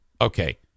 okay